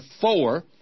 four